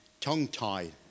tongue-tied